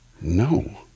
No